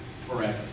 forever